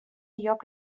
lloc